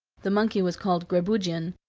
the monkey was called grabugeon,